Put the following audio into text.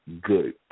good